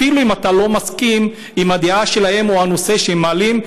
אפילו אם אתה לא מסכים עם הדעה שלהם או עם הנושא שהם מעלים.